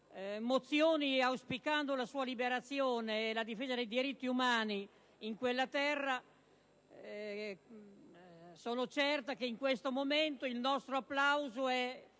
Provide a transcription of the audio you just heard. lei, auspicandone la liberazione, oltre alla difesa dei diritti umani in quel Paese. Sono certa che in questo momento il nostro applauso è